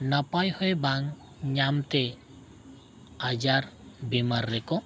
ᱱᱟᱯᱟᱭ ᱦᱚᱭ ᱵᱟᱝ ᱧᱟᱢᱛᱮ ᱟᱡᱟᱨᱼᱵᱮᱢᱟᱨ ᱨᱮᱠᱚ